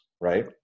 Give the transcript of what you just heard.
right